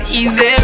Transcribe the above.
easy